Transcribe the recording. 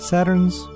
Saturn's